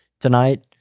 tonight